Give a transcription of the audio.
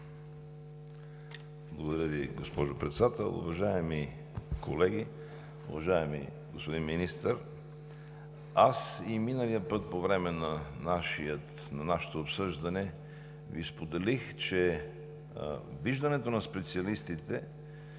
Благодаря Ви, госпожо Председател. Уважаеми колеги, уважаеми господин Министър! И миналия път, по време на нашето обсъждане, Ви споделих, че виждането на специалистите